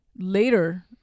Later